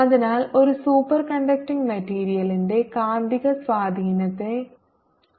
അതിനാൽ ഒരു സൂപ്പർകണ്ടക്ടിംഗ് മെറ്റീരിയലിന്റെ കാന്തിക സ്വാധീനത്തിന്റെ മൂല്യം മൈനസ് 1 ആണ്